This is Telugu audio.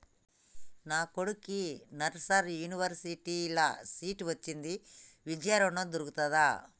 నా కొడుకుకి నల్సార్ యూనివర్సిటీ ల సీట్ వచ్చింది విద్య ఋణం దొర్కుతదా?